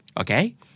Okay